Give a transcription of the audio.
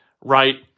right